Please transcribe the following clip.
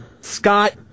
Scott